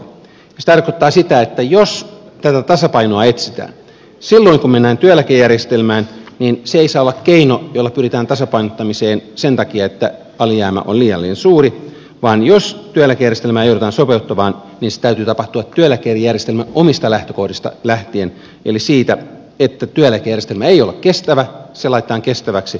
se tarkoittaa sitä että jos tätä tasapainoa etsitään silloin kun mennään työeläkejärjestelmään se ei saa olla keino jolla pyritään tasapainottamiseen sen takia että alijäämä on liian suuri vaan jos työeläkejärjestelmää joudutaan sopeuttamaan niin sen täytyy tapahtua työeläkejärjestelmän omista lähtökohdista lähtien eli siitä että työeläkejärjestelmä ei ole kestävä se laitetaan kestäväksi